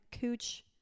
cooch